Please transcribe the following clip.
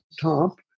top